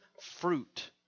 fruit